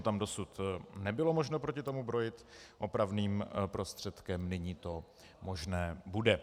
Tam dosud nebylo možno proti tomu brojit opravným prostředkem, nyní to možné bude.